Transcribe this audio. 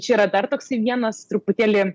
čia yra dar toksai vienas truputėlį